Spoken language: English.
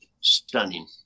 stunning